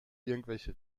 irgendwelche